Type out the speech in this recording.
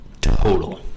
total